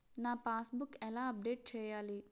నా passbook ఎలా update చేయాలి?